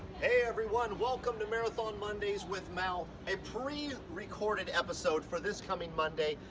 hey everyone. welcome to marathon mondays with mal, a pre recorded episode for this coming monday.